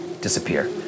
disappear